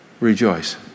Rejoice